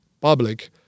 public